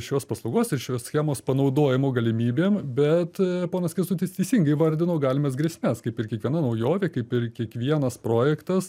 šios paslaugos ir šios schemos panaudojimo galimybėm bet ponas kęstutis teisingai įvardino galimas grėsmes kaip ir kiekviena naujovė kaip ir kiekvienas projektas